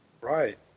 Right